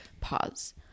pause